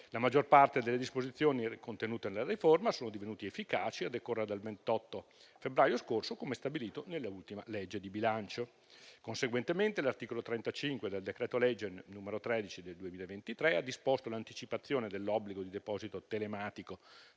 La maggior parte delle disposizioni contenute nella riforma sono divenute efficaci a decorrere dal 28 febbraio scorso, come stabilito nell'ultima legge di bilancio. Conseguentemente, l'articolo 35 del decreto-legge n. 13 del 2023 ha disposto l'anticipazione dell'obbligo di deposito telematico